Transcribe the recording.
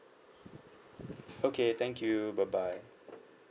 okay thank you bye bye